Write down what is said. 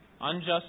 unjust